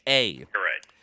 Correct